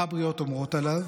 מה הבריות אומרות עליו?